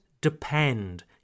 depend